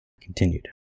continued